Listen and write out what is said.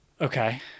Okay